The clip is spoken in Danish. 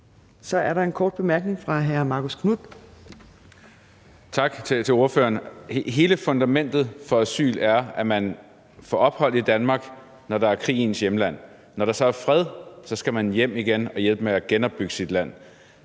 Så er der en kort bemærkning fra hr. Marcus Knuth. Kl. 15:15 Marcus Knuth (KF): Tak til ordføreren. Hele fundamentet for asyl er, at man får ophold i Danmark, når der er krig i ens hjemland. Når der så er fred, skal man hjem igen og hjælpe med at genopbygge sit land.